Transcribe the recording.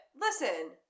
listen